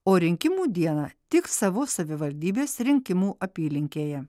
o rinkimų dieną tik savo savivaldybės rinkimų apylinkėje